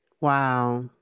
Wow